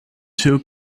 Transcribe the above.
two